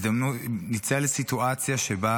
ניצל סיטואציה שבה